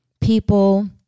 people